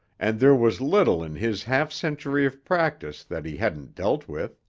and there was little in his half century of practice that he hadn't dealt with.